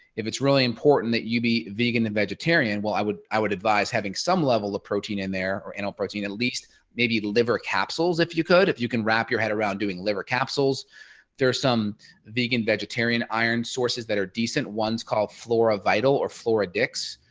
if it's really important that you be vegan and vegetarian. well i would i would advise having some level of protein in there or and protein at least maybe the liver capsules if you could if you can wrap your head around doing liver capsules there are some vegan vegetarian iron sources that are decent ones called flora vital or floradix.